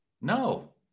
No